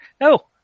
No